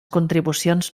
contribucions